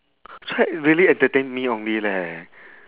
really entertain me only leh